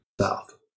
south